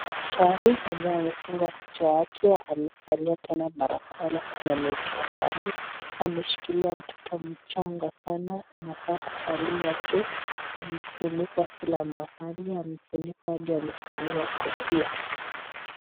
Daktari mwenye amefungua kichwa yake amefalia tena barakoa lakini ameitoa kando, ameshikilia mtoto mchanga sana anafaa kuzaliwa tu amefunika kila mahali amefunika hadi amefalia kofia.